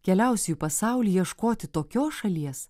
keliausiu į pasaulį ieškoti tokios šalies